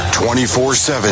24-7